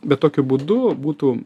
bet tokiu būdu būtų